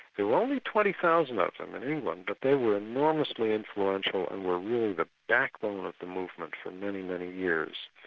there were only twenty thousand of them in england but they were enormously influential and were really the backbone of the movement for many, many years.